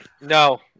no